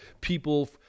people